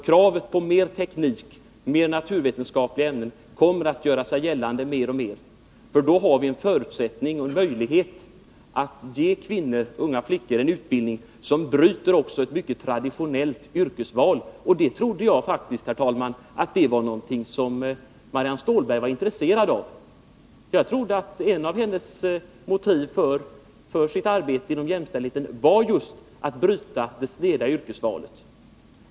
Kravet på mera av tekniska och naturvetenskapliga ämnen kommer att göra sig gällande mer och mer, och därigenom skapas förutsättningar och möjligheter att ge kvinnor och unga flickor en utbildning som bryter utvecklingen mot mycket traditionellt yrkesval. Och detta, herr talman, trodde jag var någonting som också Marianne Stålberg var intresserad av. Jag trodde att ett av hennes motiv för arbetet inom jämställdhetsområdet var just att bryta det sneda yrkesvalet.